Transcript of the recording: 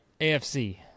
afc